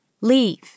Leave